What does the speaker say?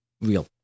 real